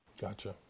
Gotcha